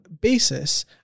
basis